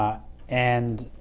and,